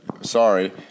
sorry